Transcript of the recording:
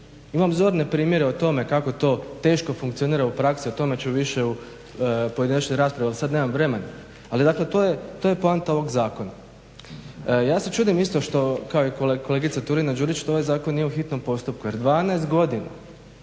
Imam zorne primjere o tome kako to teško funkcionira u praksi. O tome ću više u pojedinačnoj raspravi jel sada nemam vremena ali dakle to je poanta ovog zakona. Ja se čudim isto što kao kolegica Turina Đurić što ovaj zakon nije u hitnom postupku jer 12 godina